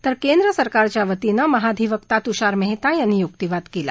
तर केंद्र सरकारच्या वतीनं महाधिवक्ता तुषार मेहता यांनी यूक्तिवाद केला